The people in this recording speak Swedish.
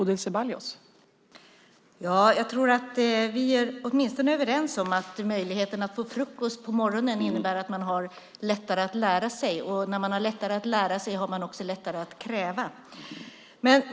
Fru talman! Jag tror att vi åtminstone är överens om att möjligheterna att få frukost på morgonen innebär att man har lättare att lära sig. Och när man har lättare att lära sig har man också lättare att kräva.